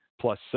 plus